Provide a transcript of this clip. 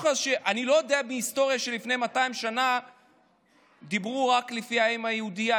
אני לא יודע אם בהיסטוריה שלפני 200 שנה דיברו רק לפי האם היהודייה,